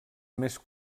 més